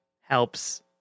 helps